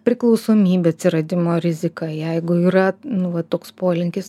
priklausomybių atsiradimo rizika jeigu yra nu va toks polinkis